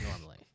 normally